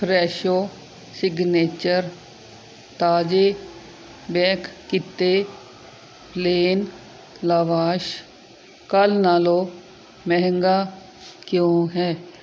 Fresho signature ਤਾਜ਼ੇ bake ਕੀਤੇ plain lavash ਕੱਲ੍ਹ ਨਾਲੋਂ ਮਹਿੰਗਾ ਕਿਉਂ ਹੈ